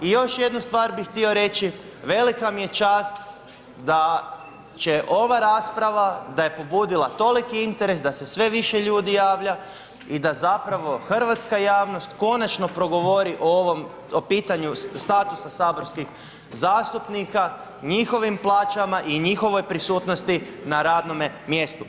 I još jednu stvar bi htio reći, velika mi je čast da će ova rasprava, da je pobudila toliki interes da se sve više ljudi javlja i da zapravo hrvatska javnost konačno progovori o pitanju statusa saborskih zastupnika, njihovim plaćama i njihovoj prisutnosti na radome mjestu.